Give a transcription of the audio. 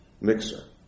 mixer